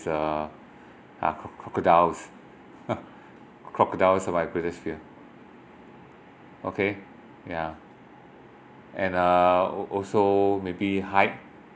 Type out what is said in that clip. uh uh crocodiles crocodile are my greatest fear okay yeah and uh also maybe height